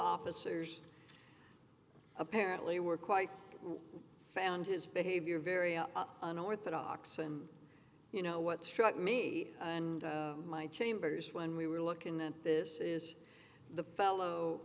officers apparently were quite found his behavior very up unorthodox and you know what struck me and my chambers when we were looking at this is the fellow